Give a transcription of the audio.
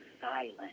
silent